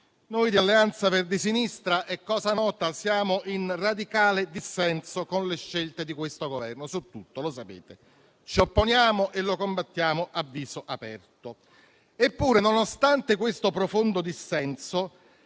Noi di Alleanza Verdi e Sinistra - è cosa nota - siamo in radicale dissenso con le scelte di questo Governo su tutto, lo sapete; ci opponiamo e lo combattiamo a viso aperto. Eppure, nonostante questo profondo dissenso,